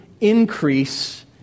increase